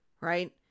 right